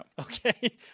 Okay